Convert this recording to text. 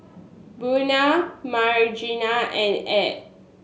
Buna Margery and Add